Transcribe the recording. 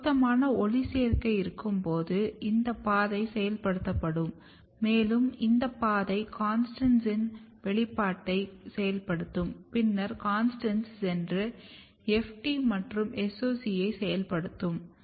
பொருத்தமான ஒளிச்சேர்க்கை இருக்கும்போது இந்த பாதை செயல்படுத்தப்படும் மேலும் இந்த பாதை CONSTANTS இன் வெளிப்பாட்டை செயல்படுத்தும் பின்னர் CONSTANTS சென்று FT மற்றும் SOC1 ஐ செயல்படுத்தும்